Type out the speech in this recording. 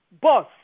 boss